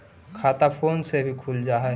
खाता फोन से भी खुल जाहै?